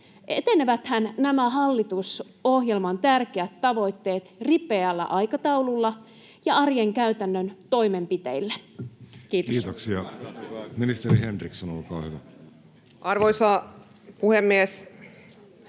eteneväthän nämä hallitusohjelman tärkeät tavoitteet ripeällä aikataululla ja arjen käytännön toimenpiteille? — Kiitos. Kiitoksia. — Ministeri Henriksson, olkaa hyvä. Arvoisa puhemies!